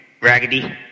raggedy